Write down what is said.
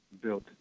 built